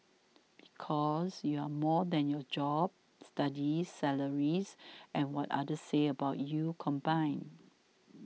because you're more than your job studies salary and what others say about you combined